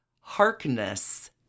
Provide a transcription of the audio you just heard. Harkness